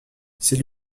c’est